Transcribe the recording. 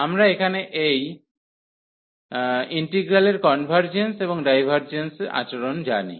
আমরা এখানে এই তস্ত ইন্টিগ্রালের কনভার্জেন্স এবং ডাইভার্জেন্স আচরণ জানি